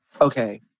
okay